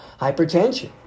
hypertension